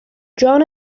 جان